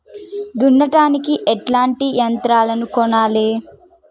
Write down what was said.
దున్నడానికి ఎట్లాంటి యంత్రాలను కొనాలే?